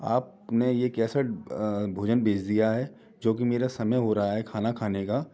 आप हमें ये कैसे भोजन भेज दिया है जो कि मेरा समय हो रहा है खाना खाने का